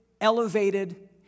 elevated